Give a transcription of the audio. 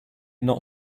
not